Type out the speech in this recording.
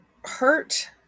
Hurt